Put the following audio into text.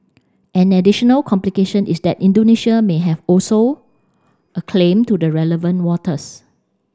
an additional complication is that Indonesia may have also a claim to the relevant waters